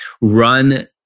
run